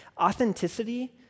authenticity